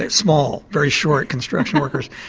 ah small, very short construction workers.